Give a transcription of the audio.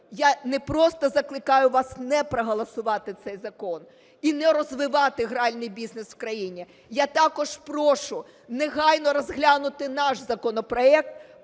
я не просто закликаю вас не проголосувати цей закон і не розвивати гральний бізнес в країні, я також прошу негайно розглянути наш законопроект